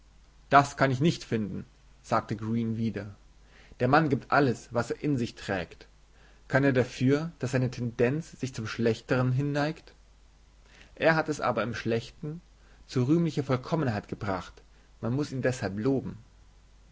das kann ich nicht finden sagte green wieder der mann gibt alles was er in sich trägt kann er dafür daß seine tendenz sich zum schlechten hinneigt er hat es aber im schlechten zu rühmlicher vollkommenheit gebracht man muß ihn deshalb loben